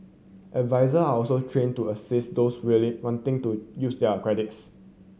adviser are also trained to assist those really wanting to use their credits